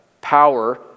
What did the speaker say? power